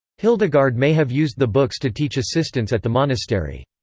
hildegard may have used the books to teach assistants at the monastery.